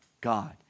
God